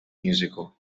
musical